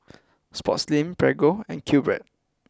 Sportslink Prego and Q Bread